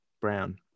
brown